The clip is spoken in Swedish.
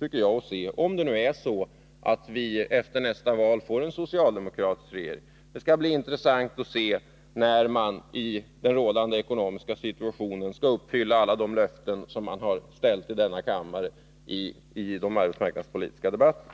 att se hur en eventuell socialdemokratisk regering, om vi nu efter nästa val får en sådan, i den rådande ekonomiska situationen skall uppfylla alla de löften som man har ställt ut i denna kammare i de arbetsmarknadspolitiska debatterna.